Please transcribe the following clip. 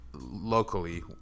locally